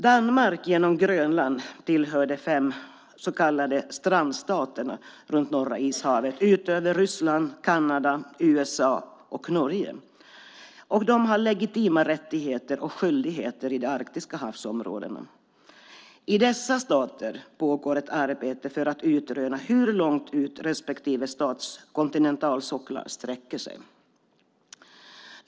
Danmark genom Grönland tillhör de fem så kallade strandstaterna runt Norra ishavet utöver Ryssland, Kanada, USA och Norge. De har legitima rättigheter och skyldigheter i de arktiska havsområdena. I dessa stater pågår ett arbete för att utröna hur långt ut respektive stats kontinentalsocklar sträcker sig.